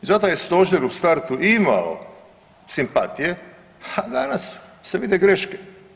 I zato je stožer u startu imao simpatije, a danas se vide greške.